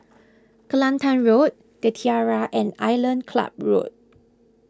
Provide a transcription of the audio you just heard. Kelantan Road the Tiara and Island Club Road